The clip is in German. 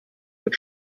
mit